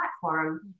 platform